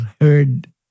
heard